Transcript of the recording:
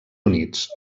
units